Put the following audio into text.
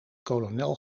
kolonel